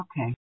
okay